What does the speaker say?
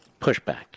Pushback